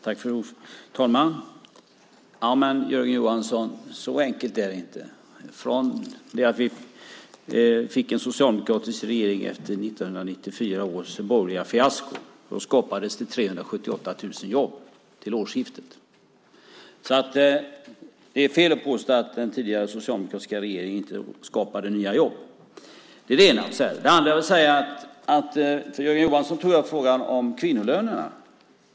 Fru talman! Men Jörgen Johansson, så enkelt är det inte. Från det att vi fick en socialdemokratisk regering efter 1994 års borgerliga fiasko skapades det 378 000 jobb till årsskiftet. Det är alltså fel att påstå att den tidigare socialdemokratiska regeringen inte skapade nya jobb. Det är det ena jag vill säga. Det andra jag vill säga är detta: Jörgen Johansson tog upp frågan om kvinnolönerna.